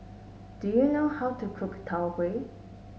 do you know how to cook Tau Huay